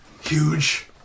huge